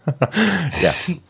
yes